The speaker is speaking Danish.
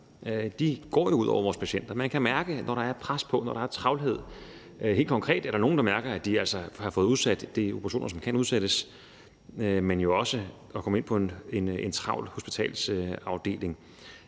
går ud over vores patienter. Man kan mærke det, når der er pres på, når der er travlhed. Helt konkret er der nogle, der mærker, at de har fået udsat operationer, som kan udsættes, men man mærker jo også at komme ind på en travl hospitalsafdeling.